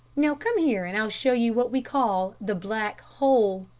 now, come here, and i'll show you what we call the black hole